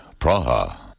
Praha